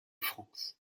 france